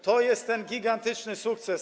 To jest ten gigantyczny sukces.